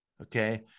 Okay